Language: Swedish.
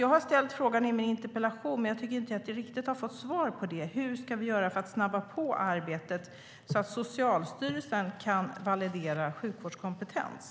Jag har ställt frågan i min interpellation, men jag tycker inte att jag riktigt har fått svar på den: Hur ska vi göra för att snabba på arbetet så att Socialstyrelsen kan validera sjukvårdskompetens?